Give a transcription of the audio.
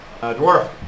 Dwarf